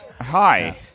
Hi